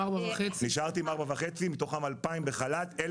4,500. נשארתי 4,500 מתוכם 2,000 בחל"ת,